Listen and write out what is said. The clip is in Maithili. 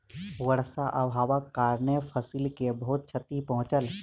वर्षा अभावक कारणेँ फसिल के बहुत क्षति पहुँचल